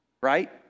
right